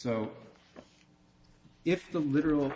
so if the literal